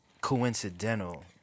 coincidental